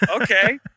Okay